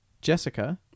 Jessica